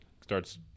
starts